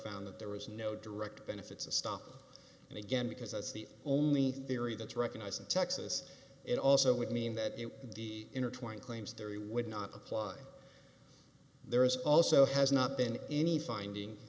found that there was no direct benefits of stop and again because that's the only theory that's recognized in texas it also would mean that the intertwining claims three would not apply there is also has not been any finding